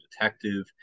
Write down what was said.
Detective